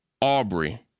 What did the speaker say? Aubrey